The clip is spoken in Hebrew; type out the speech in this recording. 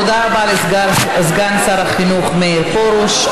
תודה רבה לסגן שר החינוך מאיר פרוש.